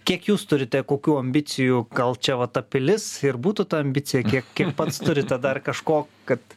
kiek jūs turite kokių ambicijų gal čia va ta pilis ir būtų ta ambicija kiek kiek pats turite dar kažko kad